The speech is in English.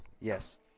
Yes